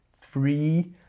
three